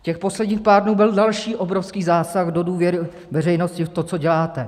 Těch posledních pár dnů byl další obrovský zásah do důvěry veřejnosti v to, co děláte.